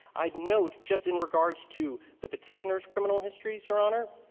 i'd note, just in regards to the petitioners' criminal histories, your honor,